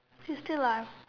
it's still last